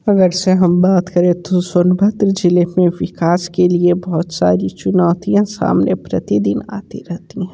अगर से हम बात करें तो सोनभद्र जिले में विकास के लिए बहुत सारी चुनौतियाँ सामने प्रतिदिन आती रहती है